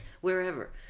wherever